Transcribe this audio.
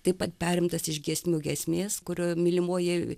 taip pat perimtas iš giesmių giesmės kurio mylimoji